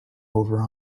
over